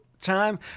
time